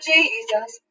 Jesus